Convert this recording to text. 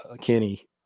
Kenny